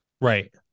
Right